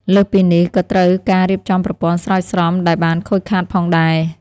លើសពីនេះ ក៏ត្រូវការរៀបចំប្រព័ន្ធស្រោចស្រពដែលបានខូចខាតផងដែរ។